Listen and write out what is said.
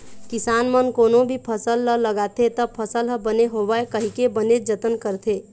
किसान मन कोनो भी फसल ह लगाथे त फसल ह बने होवय कहिके बनेच जतन करथे